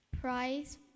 price